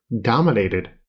dominated